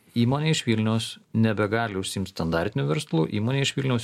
įmonė iš vilniaus nebegali užsiimt standartiniu verslu įmonė iš vilniaus